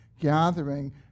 gathering